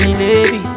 baby